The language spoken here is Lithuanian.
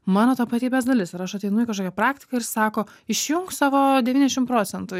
mano tapatybės dalis ir aš ateinu į kažkokią praktiką ir sako išjunk savo devyniasdešim procentų